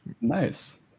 Nice